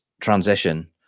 transition